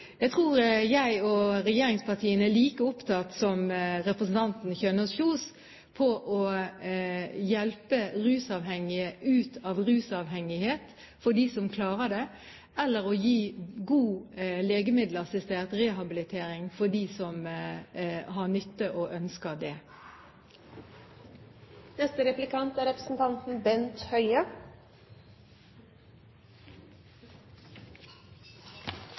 Jeg tror at jeg og regjeringspartiene er like opptatt av som representanten Kjønaas Kjos å hjelpe rusavhengige ut av rusavhengighet, for dem som klarer det, eller å gi god legemiddelassistert rehabilitering til dem som har nytte av og ønske om det.